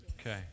Okay